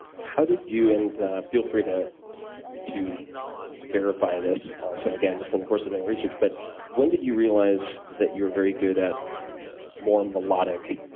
how did you and feel free to to verify this also again just in the course of doing research but when did you realize that you're very good at warm, melodic